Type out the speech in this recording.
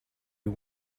you